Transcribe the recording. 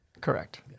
Correct